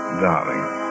darling